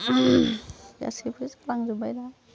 गासैबो जालांजोब्बाय दा